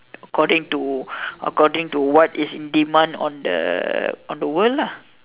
according to according to what is in demand on the on the world lah